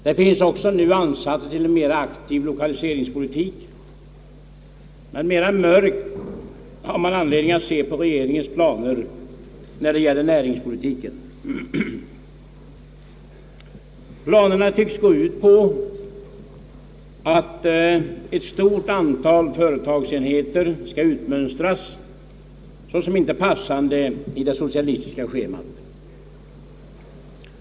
Det finns nu också ansatser till en mera aktiv 1okaliseringspolitik. Mera mörkt har man anledning att se på regeringens planer när det gäller näringspolitiken. Planerna tycks gå ut på att ett stort antal företagsenheter skall utmönstras såsom inte passande i det socialistiska schemat.